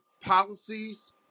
policies